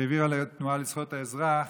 שהעבירה לנו התנועה לזכויות האזרח,